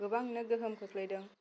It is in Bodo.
गोबांनो गोहोम खोख्लैदों